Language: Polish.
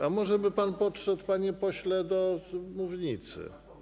A może by pan podszedł, panie pośle, do mównicy?